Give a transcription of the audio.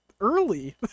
early